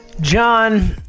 John